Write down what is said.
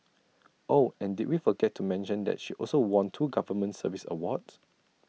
oh and did we forget to mention that she also won two government service awards